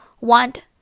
want